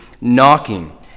knocking